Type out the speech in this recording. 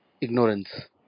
ignorance